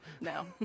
No